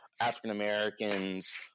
African-Americans